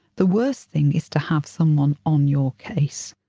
the worst thing is to have someone on your case.